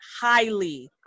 highly